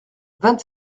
vingt